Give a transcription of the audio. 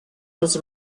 was